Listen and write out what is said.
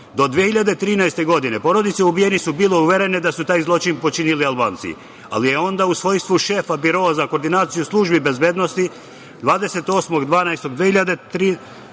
2013. godine porodice ubijenih su bile uverene da su taj zločin počinili Albanci, ali je onda u svojstvu šefa Biroa za koordinaciju službi bezbednosti 28.